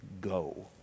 go